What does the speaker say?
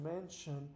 mention